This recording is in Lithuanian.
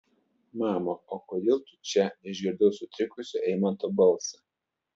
mama o kodėl tu čia išgirdau sutrikusio eimanto balsą